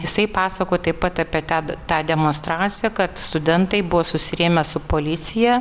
jisai pasako taip pat apie tą tą demonstraciją kad studentai buvo susirėmę su policija